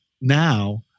now